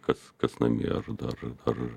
kas kas namie ar dar ar